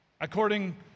according